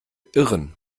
irren